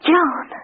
John